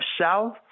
south